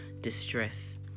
distress